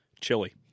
Chili